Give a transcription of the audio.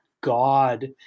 God